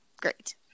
Great